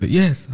yes